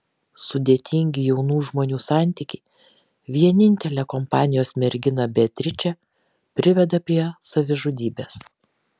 sudėtingi jaunų žmonių santykiai vienintelę kompanijos merginą beatričę priveda prie savižudybės